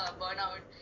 burnout